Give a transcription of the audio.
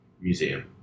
Museum